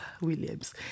Williams